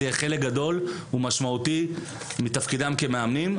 זה יהיה חלק גדול ומשמעותי מתפקידם כמאמנים.